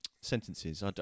sentences